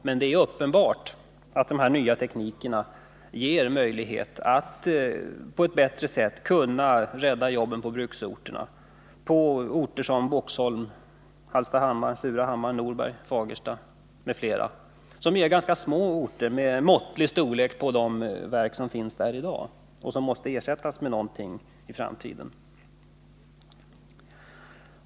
Men det är uppenbart att de nya teknikerna skapar möjlighet till att rädda jobben på bruksorterna, t.ex. Boxholm, Hallstahammar, Surahammar, Norberg och Fagersta. Det är ganska små orter, och storleken på verken där är måttlig. Dessa verk måste på något sätt ersättas i framtiden.